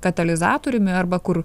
katalizatoriumi arba kur